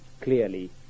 clearly